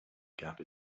gap